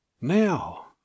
Now